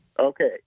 Okay